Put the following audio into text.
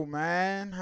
man